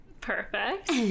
Perfect